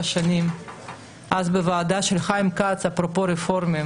שנים בוועדה של חיים כץ אפרופו רפורמים.